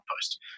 post